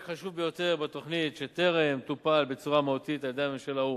2. פרק חשוב ביותר בתוכנית שטרם טופל בצורה מהותית על-ידי הממשלה הוא